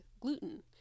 gluten